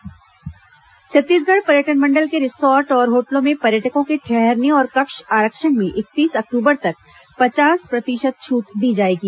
पर्यटन मंडल छूट छत्तीसगढ़ पर्यटन मंडल के रिसॉर्ट और होटलों में पर्यटकों के ठहरने और कक्ष आरक्षण में इकतीस अक्टूबर तक पचास प्रतिशत छूट दी जाएगी